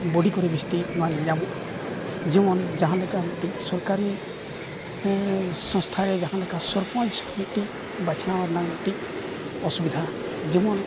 ᱵᱚᱰᱤ ᱠᱚᱨᱮ ᱵᱤᱥᱛᱤ ᱱᱚᱣᱟ ᱧᱮᱧᱟᱢᱚᱜᱼᱟ ᱡᱮᱢᱚᱱ ᱡᱟᱦᱟᱸᱞᱮᱠᱟ ᱢᱤᱫᱴᱤᱡ ᱥᱚᱨᱠᱟᱨᱤ ᱥᱚᱨᱠᱟᱨᱤ ᱥᱚᱝᱥᱛᱷᱟ ᱨᱮ ᱡᱟᱦᱟᱸᱞᱮᱠᱟ ᱥᱚᱨᱯᱚᱧᱡᱽ ᱢᱤᱫᱴᱤᱡ ᱵᱟᱪᱷᱱᱟᱣ ᱨᱮᱱᱟᱜ ᱢᱤᱫᱴᱤᱡ ᱚᱥᱩᱵᱤᱫᱷᱟ ᱡᱮᱢᱚᱱ